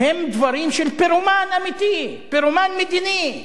הם דברים של פירומן אמיתי, פירומן מדיני.